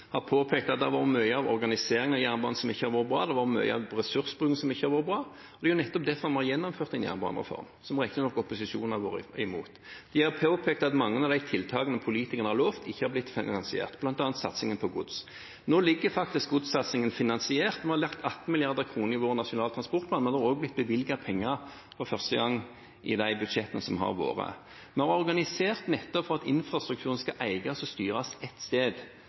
mye av organiseringen av jernbanen ikke har vært bra. Det er mye av ressursbruken som ikke har vært bra. Det er nettopp derfor vi har gjennomført en jernbanereform – som opposisjonen riktignok har vært imot. De har påpekt at mange av de tiltakene politikerne har lovt, ikke har blitt finansiert, bl.a. satsingen på gods. Nå foreligger godssatsingen finansiert. Vi har lagt 18 mrd. kr i vår Nasjonal transportplan, men det har for første gang også blitt bevilget penger i de budsjettene som har vært. Vi har organisert nettopp for at infrastrukturen skal eies og styres ett sted,